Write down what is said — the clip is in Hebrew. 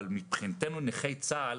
אבל מבחינתנו נכי צה"ל,